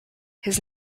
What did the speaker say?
his